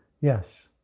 Yes